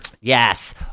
Yes